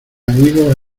amigos